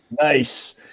nice